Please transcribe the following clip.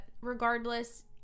regardless